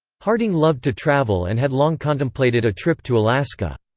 harding loved to travel and had long contemplated a trip to alaska.